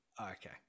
Okay